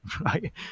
right